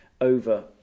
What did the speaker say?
over